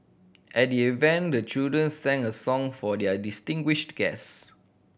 at the event the children sang a song for their distinguished guest